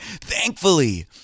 thankfully